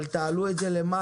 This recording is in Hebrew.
אבל תעלו את זה למעלה,